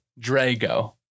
Drago